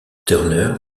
turner